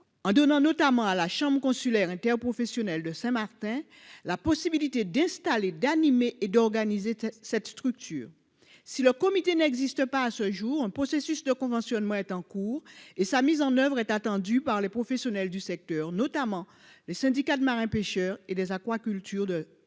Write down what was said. en donnant notamment à la chambre consulaire interprofessionnel de Saint-Martin, la possibilité d'installer, d'animer et d'organiser cette structure si le comité n'existe pas, à ce jour, un processus de conventionnement est en cours et sa mise en oeuvre est attendue par les professionnels du secteur, notamment les syndicats de marins pêcheurs et les aquaculture de Lille, dans